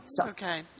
Okay